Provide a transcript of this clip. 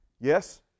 Yes